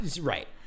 Right